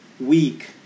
week